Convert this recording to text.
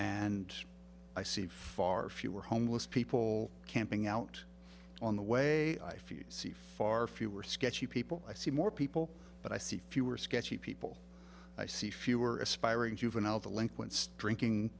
and i see far fewer homeless people camping out on the way i few see far fewer sketchy people i see more people but i see fewer sketchy people i see fewer aspiring juvenile delinquents drinking